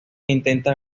intenta